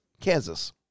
Kansas